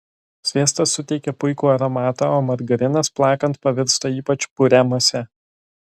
sviestas suteikia puikų aromatą o margarinas plakant pavirsta ypač puria mase